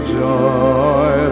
joy